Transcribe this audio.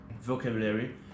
vocabulary